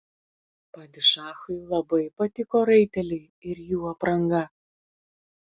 padišachui labai patiko raiteliai ir jų apranga